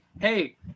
hey